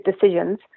decisions